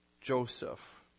Joseph